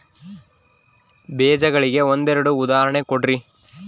ಬೇಜಗಳಿಗೆ ಒಂದೆರಡು ಉದಾಹರಣೆ ಕೊಡ್ರಿ?